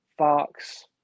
fox